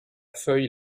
feuille